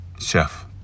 Chef